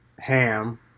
Ham